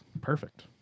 perfect